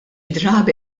drabi